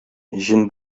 җен